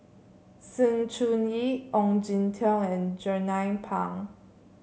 Sng Choon Yee Ong Jin Teong and Jernnine Pang